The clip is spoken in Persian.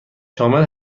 شامل